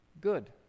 good